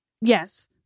Yes